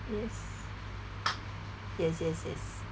yes yes yes yes